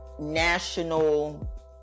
national